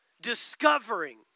discovering